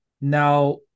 Now